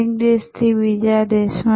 એક દેશથી બીજા દેશમાં